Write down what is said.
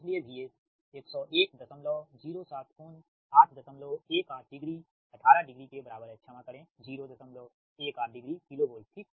इसलिएVS 10107 कोण 818 degree 18 degree के बराबर है क्षमा करें 018 डिग्री किलो वोल्ट ठीक